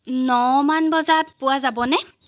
ন মান বজাত পোৱা যাবনে